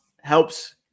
helps